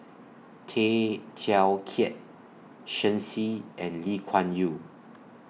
Tay Teow Kiat Shen Xi and Lee Kuan Yew